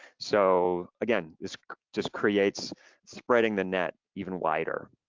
so again, this just creates spreading the net even wider.